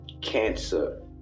cancer